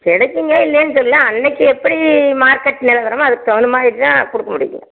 கிடைக்குங்க இல்லைன்னு சொல்லலை அன்னைக்கி எப்படி மார்க்கெட் நிலவரமோ அதுக்கு தகுந்த மாதிரிதான் கொடுக்க முடியும்